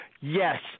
Yes